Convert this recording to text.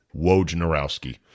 Wojnarowski